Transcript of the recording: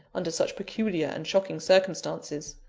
under such peculiar and shocking circumstances.